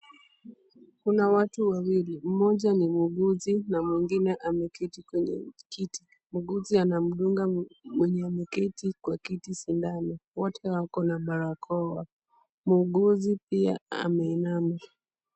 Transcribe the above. Kuna watu wawili, mmoja ni muuguzi na mwingine ameketi kwenye kiti. Muuguzi anamdunga mwenye ameketi kwa kiti sindano. Wote wako na barakoa. Muuguzi pia ameinama.